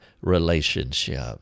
relationship